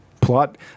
plot